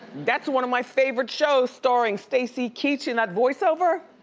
that's one of my favorite shows starring stacy keach in that voiceover?